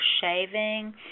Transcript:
shaving